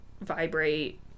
vibrate